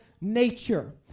nature